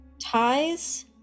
ties